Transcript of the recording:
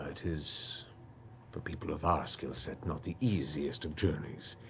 it is for people of our skill set not the easiest of journeys,